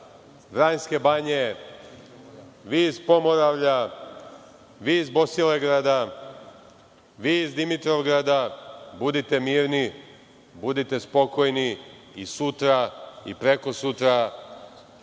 Vranjske banje, vi iz Pomoravlja, vi iz Bosilegrada, vi iz Dimitrovgrada, budite mirni, budite spokojni, i sutra i prekosutra